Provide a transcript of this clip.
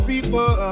People